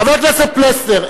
חבר הכנסת פלסנר,